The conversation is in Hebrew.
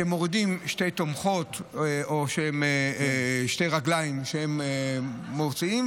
שהן מורידות שתי תומכות או שתי רגליים שהן מוציאות,